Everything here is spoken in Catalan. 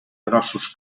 grossos